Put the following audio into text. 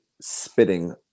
spitting